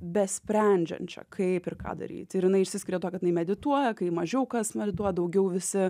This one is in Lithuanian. be sprendžiančią kaip ir ką daryti ir jinai išsiskiria tuo kad medituoja kai mažiau kas nori tuo daugiau visi